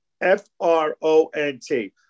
F-R-O-N-T